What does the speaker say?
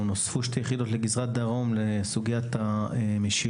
או נוספו שתי יחידות לגזרת דרום לסוגיית המשילות.